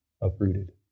uprooted